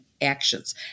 actions